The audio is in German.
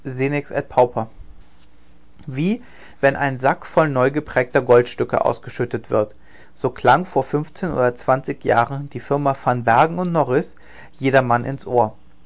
wie wenn ein sack voll neugeprägter goldstücke ausgeschüttet wird so klang vor fünfzehn oder zwanzig jahren die firma van bergen und norris jedermann ins ohr